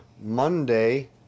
Monday